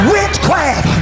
Witchcraft